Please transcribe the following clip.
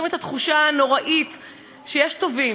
שיש טובים, אבל יש טובים פחות,